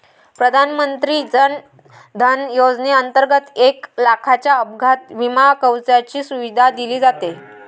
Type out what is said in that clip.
प्रधानमंत्री जन धन योजनेंतर्गत एक लाखाच्या अपघात विमा कवचाची सुविधा दिली जाते